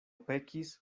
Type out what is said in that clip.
pekis